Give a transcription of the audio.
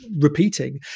repeating